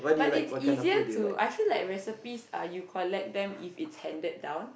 but it's easier to I feel that recipes you collect them if it's handed down